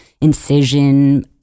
incision